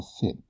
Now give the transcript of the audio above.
fit